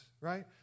right